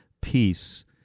peace